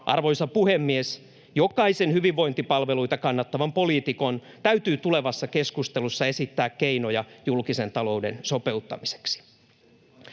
Arvoisa puhemies! Jokaisen hyvinvointipalveluita kannattavan poliitikon täytyy tulevassa keskustelussa esittää keinoja julkisen talouden sopeuttamiseksi.